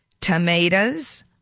Tomatoes